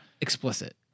explicit